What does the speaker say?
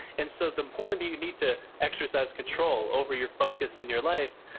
and so the more and you you need to exercise control over your focus in your life,